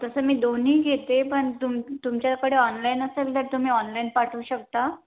तसं मी दोन्ही घेते पण तुम तुमच्याकडे ऑनलाईन असेल तर तुम्ही ऑनलाईन पाठवू शकता